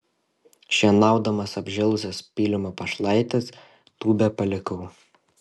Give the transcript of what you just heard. šienaudamas apžėlusias pylimo pašlaites tūbę palikau